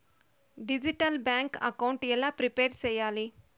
Digital bank account ఎలా prepare సెయ్యాలి?